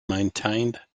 maintained